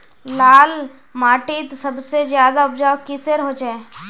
लाल माटित सबसे ज्यादा उपजाऊ किसेर होचए?